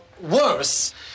worse